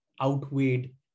outweighed